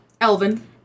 elvin